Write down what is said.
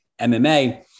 mma